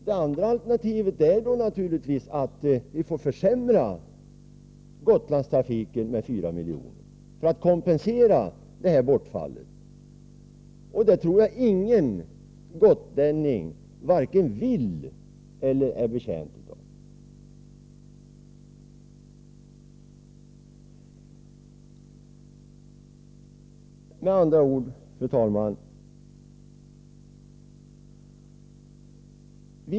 Det andra alternativet är naturligtvis att försämra Gotlandstrafiken med 4 milj.kr. för att kompensera bortfallet. Det tror jag inte att någon gotlänning vare sig vill eller är betjänt av.